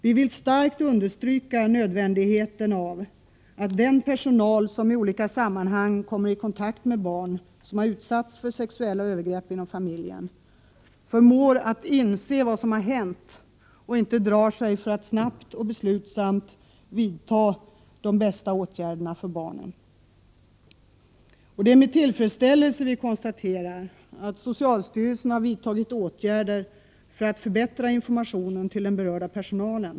Vi vill starkt understryka nödvändigheten av att den personal som i olika sammanhang kommer i kontakt med barn som har utsatts för sexuella övergrepp inom familjen förmår inse vad som har hänt och inte drar sig för att snabbt och beslutsamt vidta de åtgärder som är bäst för barnen. Det är med tillfredsställelse vi konstaterar att socialstyrelsen har vidtagit åtgärder för att förbättra informationen till den berörda personalen.